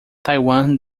taiwan